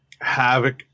havoc